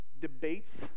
debates